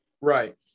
Right